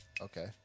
Okay